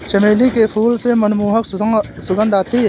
चमेली के फूल से मनमोहक सुगंध आती है